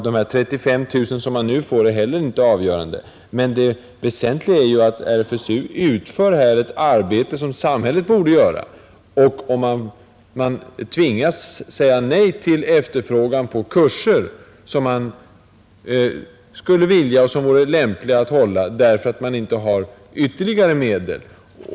De 35 000 kronor som man nu får är heller inte avgörande. Men det väsentliga är att RFSU här utför ett arbete som samhället borde göra, och man tvingas säga nej till kurser som man skulle kunna hålla och som vore lämpliga att hålla, därför att man inte har ytterligare medel.